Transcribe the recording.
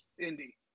Indy